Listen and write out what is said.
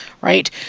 right